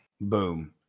Boom